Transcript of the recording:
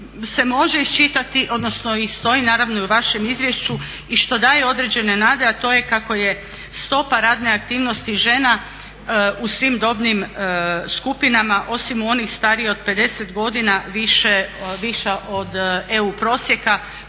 se može iščitati odnosno i stoji naravno i u vašem izvješću i što daje određene nade, a to je kako je stopa radne aktivnosti žena u svim dobnim skupinama osim u onih starije od 50 godina viša od EU prosjeka